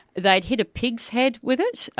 they'd hit a pig's head with it,